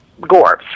Gorbs